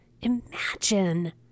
Imagine